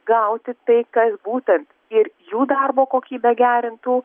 gauti tai kas būtent ir jų darbo kokybę gerintų